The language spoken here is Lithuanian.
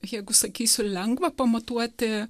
jeigu sakysiu lengva pamatuoti